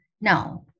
now